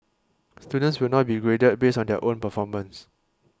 students will now be graded based on their own performance